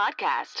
podcast